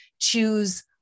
choose